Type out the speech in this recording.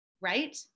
Right